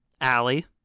Allie